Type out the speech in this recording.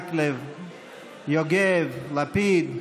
מקלב, יוגב, לפיד,